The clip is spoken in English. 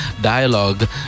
Dialogue